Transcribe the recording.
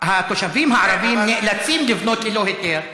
התושבים הערבים נאלצים לבנות ללא היתר כי,